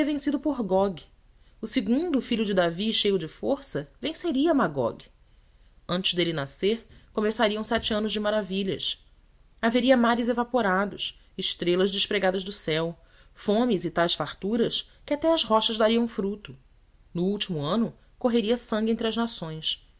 gogue o segundo filho de davi e cheio de força venceria magogue antes dele nascer começariam sete anos de maravilhas haveria mares evaporados estrelas despregadas do céu fomes e tais farturas que até as rochas dariam fruto no último ano correria sangue entre as nações